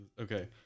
Okay